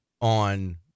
on